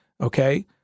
okay